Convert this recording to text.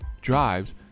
drives